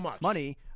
money